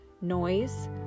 noise